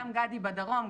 גם גדי בדרום,